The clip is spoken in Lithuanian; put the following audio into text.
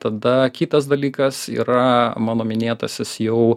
tada kitas dalykas yra mano minėtasis jau